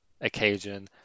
occasion